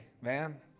man